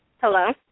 Hello